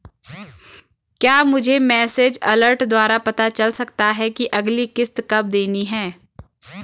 क्या मुझे message alert द्वारा पता चल सकता कि अगली किश्त कब देनी है?